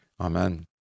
Amen